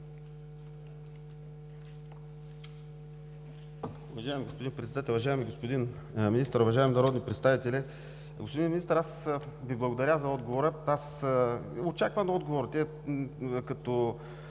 Уважаеми господин Председател, уважаеми господин Министър, уважаеми народни представители! Господин Министър, аз Ви благодаря за отговора. Очакван отговор като